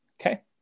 Okay